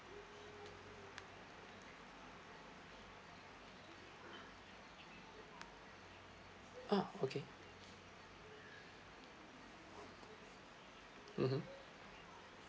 oh okay mmhmm